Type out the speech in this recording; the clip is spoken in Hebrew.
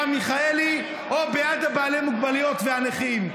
מיכאלי או בעד בעלי המוגבלויות והנכים.